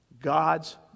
God's